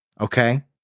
okay